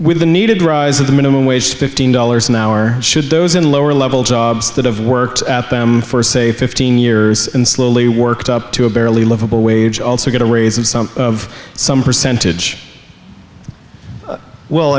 with the needed rise of the minimum wage fifteen dollars an hour should those in lower level jobs that have worked at them for say fifteen years and slowly worked up to a barely livable wage also get a raise of some of some percentage well